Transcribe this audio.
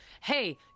hey